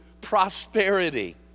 prosperity